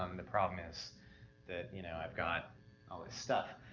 um the problem is that, you know i've got all this stuff.